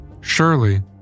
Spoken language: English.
Surely